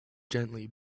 gently